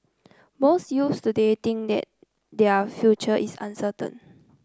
most youths today think that their future is uncertain